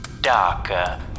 darker